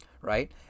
right